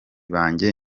banjye